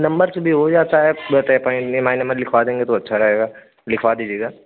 number से भी हो जाता है बट आप ई एम आई नंबर लिखवा देंगे तो अच्छा रहेगा लिखवा दीजिएगा